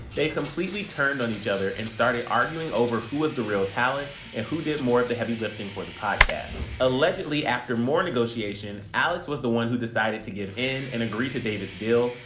they've completely turned on each other and started arguing over who was the real talent and who did more of the heavy lifting for the podcast. allegedly, after more negotiation, alex was the one who decided to give in and agree to david's deal,